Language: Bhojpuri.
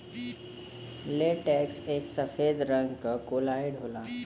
लेटेक्स एक सफेद रंग क कोलाइड होला